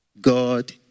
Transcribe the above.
God